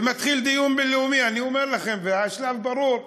ומתחיל דיון בין-לאומי, אני אומר לכם, והשלב ברור.